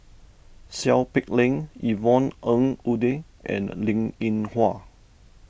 Seow Peck Leng Yvonne Ng Uhde and Linn in Hua